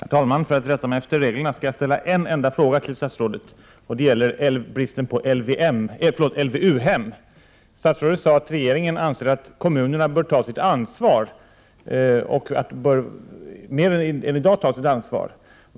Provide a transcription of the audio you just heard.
Herr talman! För att rätta mig efter reglerna skall jag ställa en enda fråga till statsrådet, och den gäller bristen på LVU-hem. Statsrådet sade att regeringen anser att kommunerna i större utsträckning än i dag bör ta sitt ansvar.